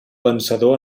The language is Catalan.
vencedor